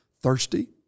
thirsty